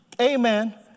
amen